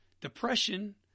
depression